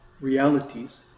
realities